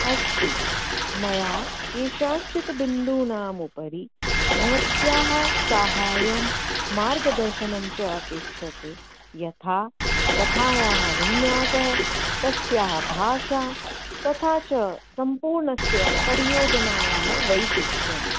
अस्तु मया केषाञ्चित् बिन्दूनाम् उपरि भवत्याः साहाय्यं मार्गदर्शनं च अपेक्षते यथा कथायाः विन्यासः तस्याः भाषा तथा च सम्पूर्णस्य परियोजनायाः वैशिष्ट्यं